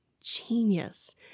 genius